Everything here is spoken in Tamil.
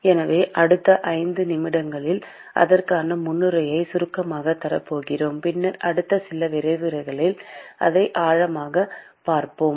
எனவே அடுத்த 5 நிமிடங்களில் அதற்கான முன்னுரையைச் சுருக்கமாகத் தரப் போகிறேன் பின்னர் அடுத்த சில விரிவுரைகளில் அதை ஆழமாகப் பார்ப்போம்